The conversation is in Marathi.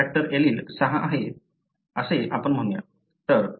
रिस्क फॅक्टर एलील 6 आहे असे आपण म्हणू या